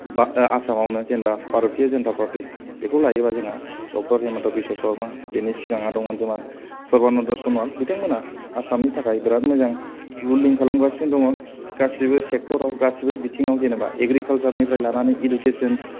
आसामावनो दा जेनेबा भारतीय जनता पारटि बैखौ लायोबा जोंहा डक्टर हेमेन्त विश्सरमा बिनि सिगाङाव दंमोन जोंना सरभनन्द सनयाल बिथांमोना आसामनि थाखाय बेराद मोजां रुलिं खालामगासिनो दं गासिबो सेक्टराव गासिबो बिथिङाव जेनेबा एग्रिकालसारनिफ्राय लानानै एडुकेसन